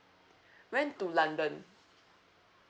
went to london